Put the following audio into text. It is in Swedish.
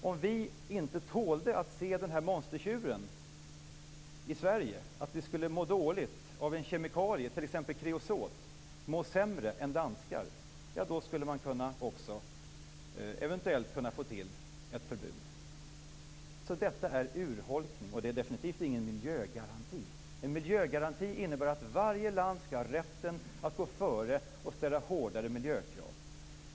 Om vi inte tål att se monstertjuren i Sverige eller mår dåligt - sämre än danskar - av en kemikalie, t.ex. kreosot, skulle vi eventuellt kunna få till ett förbud. Detta är en urholkning. Det är definitivt ingen miljögaranti. En miljögaranti innebär att varje land skall ha rätten att gå före och ställa hårdare miljökrav.